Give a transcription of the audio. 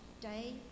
day